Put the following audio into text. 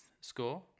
Score